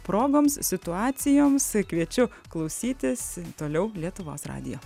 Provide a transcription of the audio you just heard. progoms situacijoms kviečiu klausytis toliau lietuvos radijo